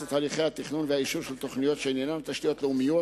את הליכי התכנון והאישור של תוכניות שעניינן תשתיות לאומית